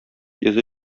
йөзе